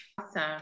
Awesome